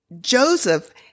Joseph